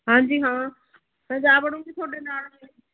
ਹਾਂਜੀ ਹਾਂ ਮੈਂ ਜਾ ਵੜਾਂਗੀ ਤੁਹਾਡੇ ਨਾਲ